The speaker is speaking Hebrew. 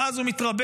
ואז הוא מתרבה,